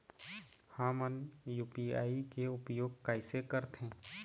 हमन यू.पी.आई के उपयोग कैसे करथें?